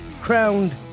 crowned